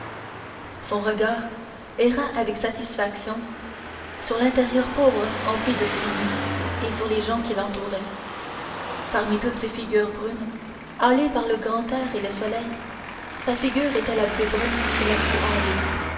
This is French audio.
son regard erra avec satisfaction sur l'intérieur pauvre empli de fumée et sur les gens qui l'entouraient parmi toutes ces figures brunes hâlées par le grand air et le soleil sa figure était la plus brune et la plus hâlée